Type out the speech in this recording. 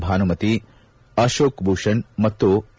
ಭಾನುಮತಿ ಅಶೋಕ್ ಭೂಷಣ್ ಮತ್ತು ಎ